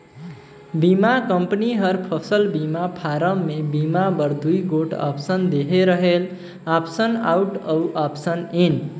बीमा कंपनी हर फसल बीमा फारम में बीमा बर दूई गोट आप्सन देहे रहेल आप्सन आउट अउ आप्सन इन